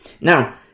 Now